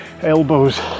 elbows